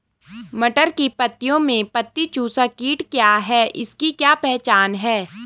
मटर की पत्तियों में पत्ती चूसक कीट क्या है इसकी क्या पहचान है?